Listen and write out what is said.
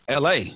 LA